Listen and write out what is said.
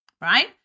right